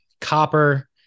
copper